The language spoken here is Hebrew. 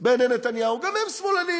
בעיני נתניהו גם הם שמאלנים.